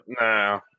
nah